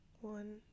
one